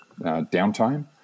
downtime